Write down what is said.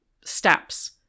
steps